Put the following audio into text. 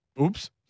oops